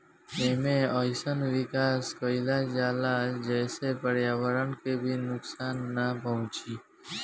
एमे अइसन विकास कईल जाला जेसे पर्यावरण के भी नुकसान नाइ पहुंचे